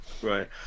Right